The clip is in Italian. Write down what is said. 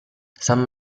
san